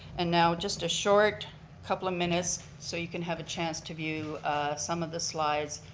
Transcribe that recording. and now just a short couple of minutes so you can have a chance to view some of the slides,